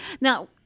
Now